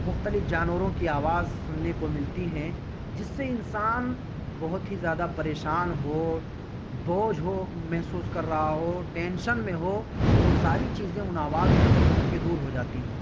مختلف جانوروں کی آواز سننے کو ملتی ہیں جس سے انسان بہت ہی زیاہ پریشان ہو بوجھ ہو محسوس کر رہا ہو ٹینشن میں ہو تو وہ ساری چیزیں ان آواز کو سن کر کے دور ہو جاتی ہیں